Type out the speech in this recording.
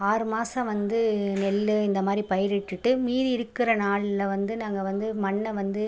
ஆறுமாசம் வந்து நெல்லு இந்தமாதிரி பயிரிட்டுட்டு மீதி இருக்கிற நாளில் வந்து நாங்கள் வந்து மண்ணை வந்து